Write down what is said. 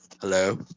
Hello